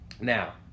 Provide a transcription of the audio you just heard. Now